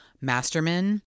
Masterman